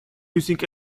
using